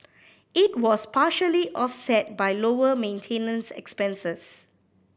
it was partially offset by lower maintenance expenses